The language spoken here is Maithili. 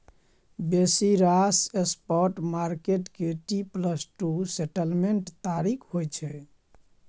बेसी रास स्पॉट मार्केट के टी प्लस टू सेटलमेंट्स तारीख होइ छै